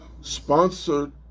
sponsored